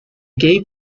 gave